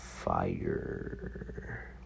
fire